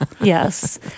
Yes